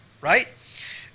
right